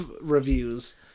reviews